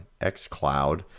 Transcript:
XCloud